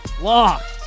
Locked